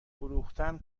فروختن